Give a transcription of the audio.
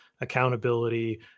accountability